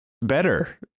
better